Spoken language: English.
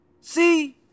See